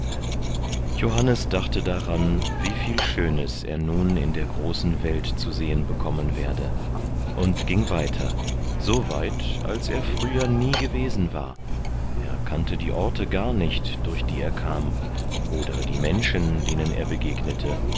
johannes dachte daran wie viel schönes er nun in der großen welt zu sehen bekommen werde und ging weiter so weit als er früher nie gewesen war er kannte die orte gar nicht durch die er kam oder die menschen denen er begegnete